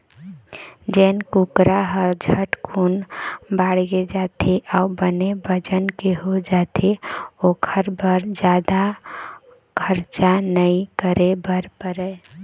जेन कुकरा ह झटकुन बाड़गे जाथे अउ बने बजन के हो जाथे ओखर बर जादा खरचा नइ करे बर परय